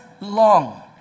long